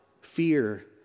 fear